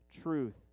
truth